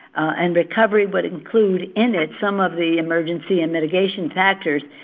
and recovery would include in it some of the emergency and mitigation factors.